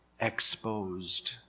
exposed